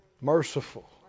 Merciful